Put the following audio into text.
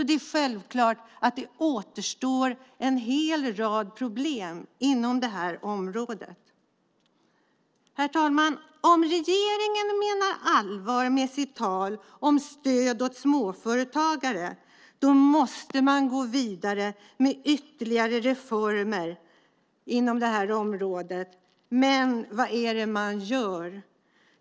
Det är självklart att det återstår en hel rad problem inom det här området. Herr talman! Om regeringen menar allvar med sitt tal om stöd åt småföretagare måste man gå vidare med ytterligare reformer inom det här området. Men vad gör man?